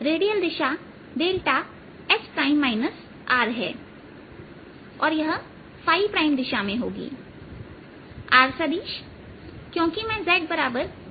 radial दिशा s Rहै और यह प्राइम दिशा में होगी r सदिश क्योंकि मैं z0 ले रहा हूं